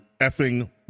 effing